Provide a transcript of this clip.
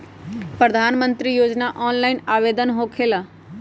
प्रधानमंत्री योजना ऑनलाइन आवेदन होकेला?